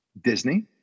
Disney